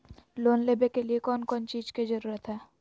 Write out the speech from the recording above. Loan लेबे के लिए कौन कौन चीज के जरूरत है?